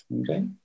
Okay